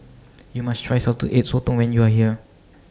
YOU must Try Salted Egg Sotong when YOU Are here